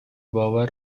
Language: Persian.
باور